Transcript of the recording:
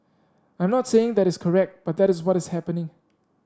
I'm not saying that is correct but that is what is happening